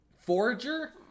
forager